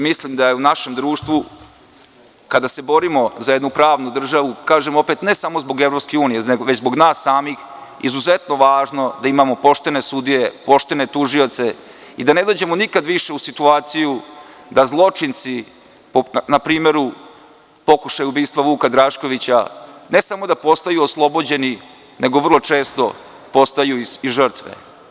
Mislim da je u našem društvu, kada se borimo za jednu pravnu državu, kažem opet, ne samo zbog EU, već zbog nas samih, izuzetno važno da imamo poštene sudije, poštene tužioce i da ne dođemo nikada više u situaciju da zločinci, na primeru pokušaja ubistva Vuka Draškovića, ne samo da postaju oslobođeni, nego vrlo često postaju i žrtve.